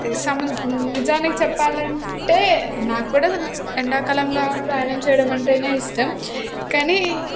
సము నిజానికి చెప్పాలంటే నాకు కూడా ఎండాకాలంలో ప్రయాణం చేయడం అంటేనే ఇష్టం కానీ